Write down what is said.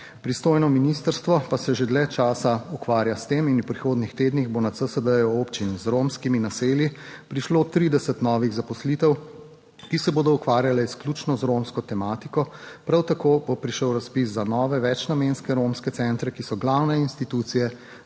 pristojno ministrstvo pa se že dlje časa ukvarja s tem in v prihodnjih tednih bo na CSD-je občin z romskimi naselji prišlo 30 novih zaposlitev, ki se bodo ukvarjale izključno z romsko tematiko, prav tako bo prišel razpis za nove večnamenske romske centre, ki so glavne institucije